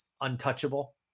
untouchable